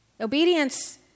Obedience